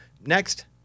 Next